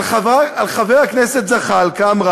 שאמרה על חבר הכנסת זחאלקה: